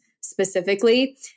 specifically